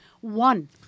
one